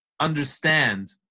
understand